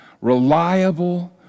reliable